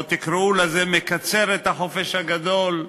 או תקראו לזה מקצר את החופש הגדול,